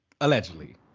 Allegedly